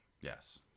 Yes